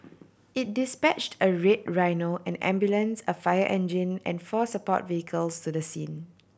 it dispatched a Red Rhino an ambulance a fire engine and four support vehicles to the scene